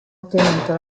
ottenuto